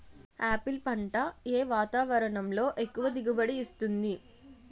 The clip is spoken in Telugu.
ఆపిల్ పంట ఏ వాతావరణంలో ఎక్కువ దిగుబడి ఇస్తుంది?